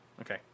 Okay